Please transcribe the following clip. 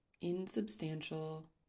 insubstantial